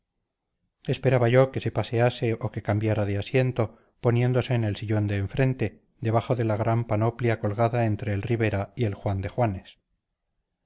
puerta esperaba yo que se pasease o que cambiara de asiento poniéndose en el sillón de enfrente debajo de la gran panoplia colgada entre el ribera y el juan de juanes